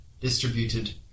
distributed